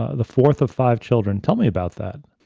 ah the fourth of five children. tell me about that.